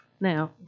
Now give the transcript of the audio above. Now